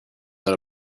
that